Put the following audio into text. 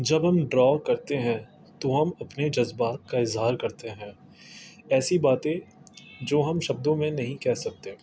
جب ہم ڈرا کرتے ہیں تو ہم اپنے جذبات کا اظہار کرتے ہیں ایسی باتیں جو ہم شبدوں میں نہیں کہہ سکتے